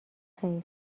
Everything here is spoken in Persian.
خیر